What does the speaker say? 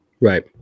Right